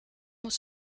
muss